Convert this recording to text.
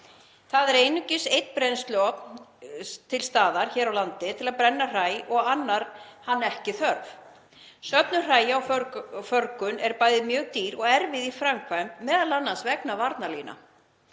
Það er einungis einn brennsluofn til staðar hér á landi til að brenna hræ og annar hann ekki þörf. Söfnun hræja og förgun er bæði mjög dýr og erfið í framkvæmd, m.a. vegna varnarlína.